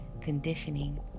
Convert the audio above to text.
conditioning